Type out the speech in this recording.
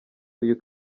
uyu